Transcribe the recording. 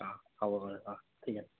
অঁ হ'ব অঁ ঠিক আছে